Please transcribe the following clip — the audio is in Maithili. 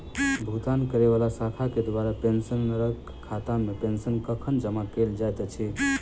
भुगतान करै वला शाखा केँ द्वारा पेंशनरक खातामे पेंशन कखन जमा कैल जाइत अछि